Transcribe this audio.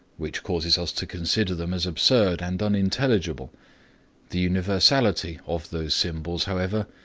which causes us to consider them as absurd and unintelligible the universality of those symbols, however,